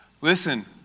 Listen